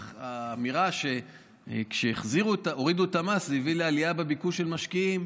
האמירה שכביכול כשהורידו את המס זה הביא לעלייה בביקוש של משקיעים,